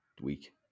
week